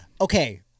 okay